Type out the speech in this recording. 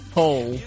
poll